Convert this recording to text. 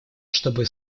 чтобы